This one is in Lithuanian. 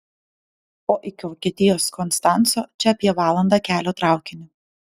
o iki vokietijos konstanco čia apie valanda kelio traukiniu